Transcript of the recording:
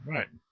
Right